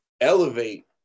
elevate